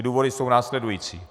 Důvody jsou následující.